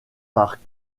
par